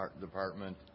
department